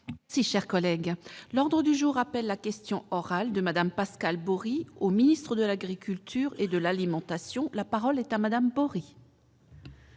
Si chers collègues, l'ordre du jour appelle la question orale de madame Pascale Borie au Ministre de l'Agriculture et de l'alimentation, la parole est à madame pourri.